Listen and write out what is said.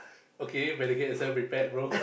okay better get yourself prepared bro